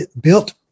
built